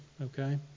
okay